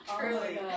Truly